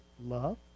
love